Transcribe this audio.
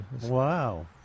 Wow